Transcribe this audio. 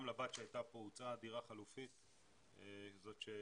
גם לבת שהייתה פה הוצעה דירה חלופית, זאת שהציגה,